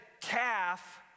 calf